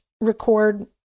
record